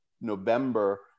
November